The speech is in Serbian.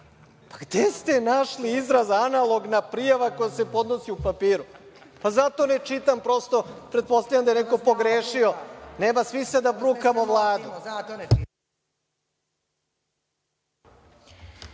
Gde ste našli izraz analogna prijava koja se podnosi u papiru? Zato ne čitam. Pretpostavljam da je neko pogrešio. Nema smisla da brukamo Vladu.